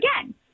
again